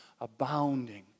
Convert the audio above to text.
abounding